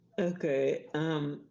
Okay